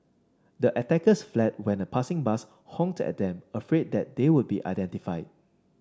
the attackers fled when a passing bus honked at them afraid that they would be identified